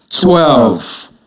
twelve